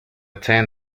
tan